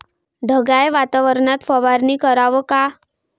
ढगाळ वातावरनात फवारनी कराव का?